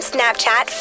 Snapchat